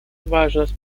важность